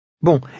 Bon